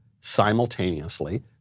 simultaneously